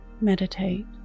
meditate